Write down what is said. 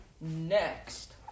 Next